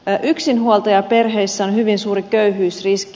yksinhuoltajaperheissä on hyvin suuri köyhyysriski